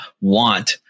want